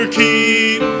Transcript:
keep